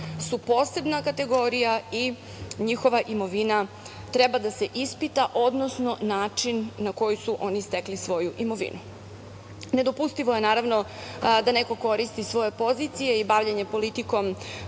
su posebna kategorija i njihova imovina treba da se ispita, odnosno način na koji su oni stekli svoju imovinu. Nedopustivo je, naravno, da neko koristi svoje pozicije i bavljenje politikom